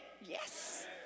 Yes